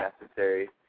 necessary